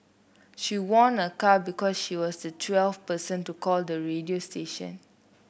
she won a car because she was the twelfth person to call the radio station